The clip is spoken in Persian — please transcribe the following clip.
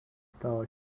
محتاج